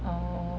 orh